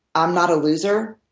i'm not a loser,